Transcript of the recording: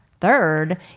Third